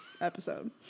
episode